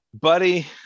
Buddy